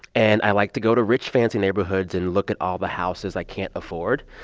and i like to go to rich, fancy neighborhoods and look at all the houses i can't afford.